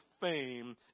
fame